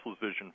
vision